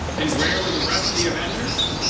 and where were the rest of the avengers?